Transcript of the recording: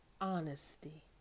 honesty